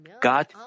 God